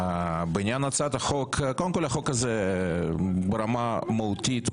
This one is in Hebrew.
בעניין הצעת החוק ברמה מהותית,